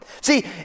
See